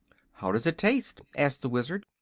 how does it taste? asked the wizard.